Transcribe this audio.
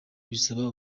bisaba